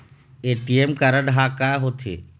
ATM card हा का होते?